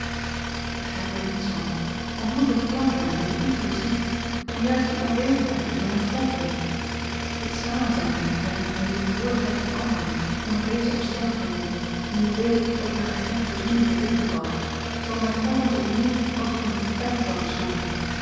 ik begrijp er niets van hij moet een plan hebben dat ik niet doorzie en juist die onwetendheid is mij eene foltering het samenzijn met hem in de tegenwoordigheid van anderen onder deze omstandigheden nu ik weet dat er aan geene verzoening te denken valt zal mij telkens opnieuw als op eene pijnbank schroeven